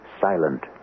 Silent